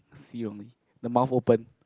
see wrongly the mouth open